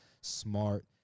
smart